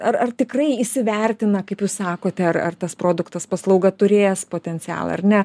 ar ar tikrai įsivertina kaip jūs sakote ar ar tas produktas paslauga turės potencialą ar ne